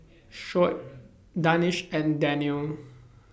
Shoaib Danish and Daniel